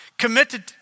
committed